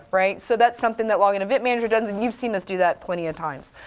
right? so that's something that log and event manager does, and you've seen us do that plenty of times,